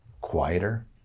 quieter